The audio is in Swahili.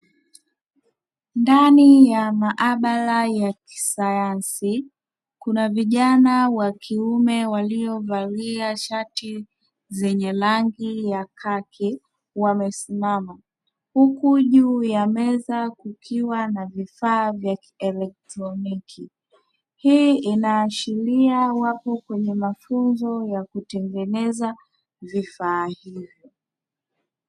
Ndani ya maabara ya kisayansi kuna vijana wa kiume walio valia shati zenye rangi ya kaki wamesimama. Huku juu ya meza kukiwa na vifaa vya kielektroniki, hii inaashiria wapo kwenye mafunzo ya kutengeneza vifaa hivyo.